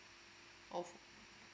oh